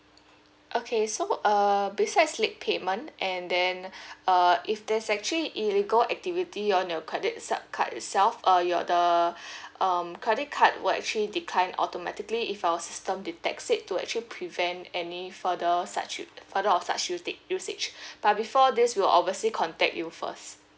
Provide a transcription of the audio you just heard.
okay so uh besides late payment and then uh if there's actually illegal activity on your credit supplementary card itself uh your the um credit card will actually decline automatically if our system detects it to actually prevent any further such u~ further of such uta~ usage but before this we'll obviously contact you first